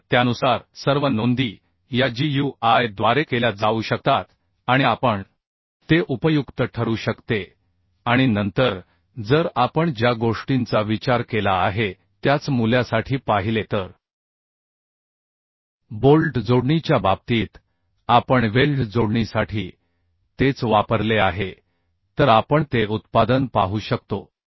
तर त्यानुसार सर्व नोंदी या GUI द्वारे केल्या जाऊ शकतात आणि आपण ते उपयुक्त ठरू शकते आणि नंतर जर आपण ज्या गोष्टींचा विचार केला आहे त्याच मूल्यासाठी पाहिले तर बोल्ट जोडणीच्या बाबतीत आपण वेल्ड जोडणीसाठी तेच वापरले आहे तर आपण ते उत्पादन पाहू शकतो